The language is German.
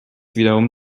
wiederum